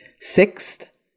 Sixth